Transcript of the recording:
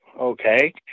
Okay